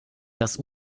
das